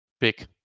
pick